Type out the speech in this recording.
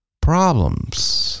problems